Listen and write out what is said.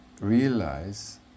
realize